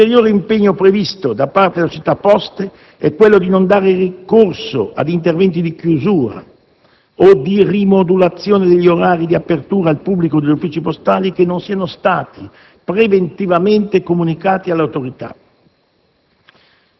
Ulteriore impegno previsto da parte della società Poste è quello di non dare corso ad interventi di chiusura o di rimodulazione degli orari di apertura al pubblico degli uffici postali che non siano stati preventivamente comunicati all'Autorità.